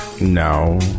no